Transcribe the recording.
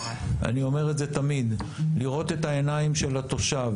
אני אומר את זה תמיד: לראות את העיניים של התושב,